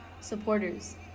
supporters